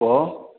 କୁହ